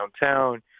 downtown